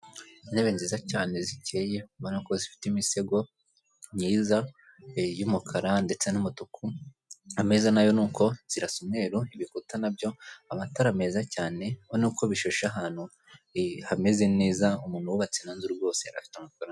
Intebe nziza cyane zikeye ubona ko zifite imisego myiza y'umukara ndetse n'umutuku n'ameza na yo nuko zirasa umweru ibikuta na byo, amatara meza cyane, ubona ko bishashe ahantu hameze neza umuntu wubatse ino nzu rwose afite...